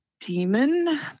demon